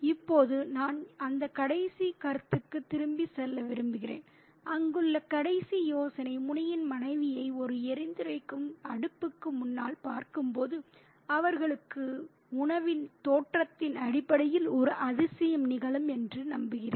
இப்போது நான் அந்த கடைசி கருத்துக்கு திரும்பிச் செல்ல விரும்புகிறேன் அங்குள்ள கடைசி யோசனை முனியின் மனைவியை ஒரு எரிந்துகொண்டிருக்கும் அடுப்புக்கு முன்னால் பார்க்கும்போது அவர்களுக்கு உணவின் தோற்றத்தின் அடிப்படையில் ஒரு அதிசயம் நிகழும் என்று நம்புகிறோம்